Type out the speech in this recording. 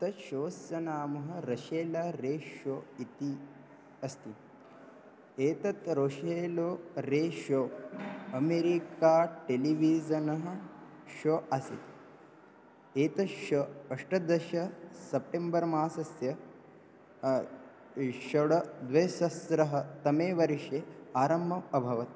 तश्शोस्य नामः Rachael Ray show इति अस्ति एतत् रशेल रे शो अमेरिका टेलिविज़नः शो आसीत् एतश्शो अष्टादश सप्टेम्बर् मासस्य इ षड् द्विसहस्रतमे वर्षे आरम्भम् अभवत्